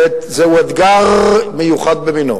זהו אתגר מיוחד במינו.